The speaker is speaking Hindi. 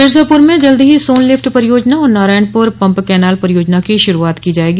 मिर्जापुर में जल्द ही सोन लिफ्ट परियोजना और नारायणपुर पम्प कैनाल परियोजना की शुरूआत की जायेगी